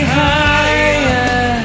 higher